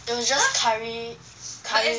it's just curry curry